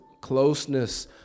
closeness